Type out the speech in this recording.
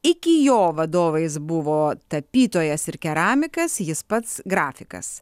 iki jo vadovais buvo tapytojas ir keramikas jis pats grafikas